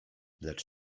lecz